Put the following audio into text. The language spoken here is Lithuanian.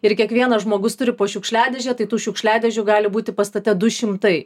ir kiekvienas žmogus turi po šiukšliadėžę tai tų šiukšliadėžių gali būti pastate du šimtai